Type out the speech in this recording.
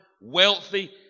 wealthy